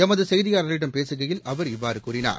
எமதுசெய்தியாளரிடம் பேசுகையில் அவர் இவ்வாறுகூறினார்